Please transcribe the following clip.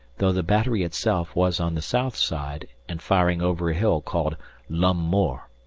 though the battery itself was on the south side, and firing over a hill called l'homme mort.